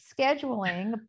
scheduling